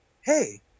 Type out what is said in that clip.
hey